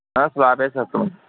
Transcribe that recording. ఆ స్లాబ్ వేసేద్దాం